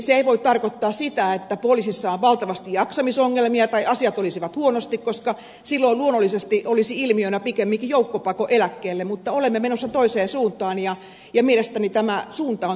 se ei voi tarkoittaa sitä että poliisissa on valtavasti jaksamisongelmia tai asiat olisivat huonosti koska silloin luonnollisesti olisi ilmiönä pikemminkin joukkopako eläkkeelle mutta olemme menossa toiseen suuntaan ja mielestäni tämä suunta on täysin oikea